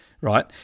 right